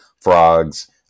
frogs